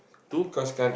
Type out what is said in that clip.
two